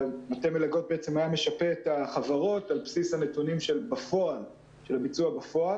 מטה מלגות היה משפה את החברות על בסיס הנתונים של הביצוע בפועל